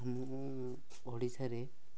ଆମ ଓଡ଼ିଶାରେ